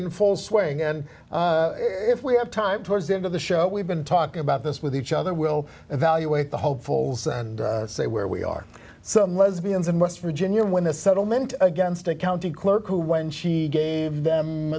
in full swing and if we have time towards the end of the show we've been talking about this with each other will evaluate the hopefuls and say where we are so i'm lesbians in west virginia when the settlement against a county clerk who when she gave them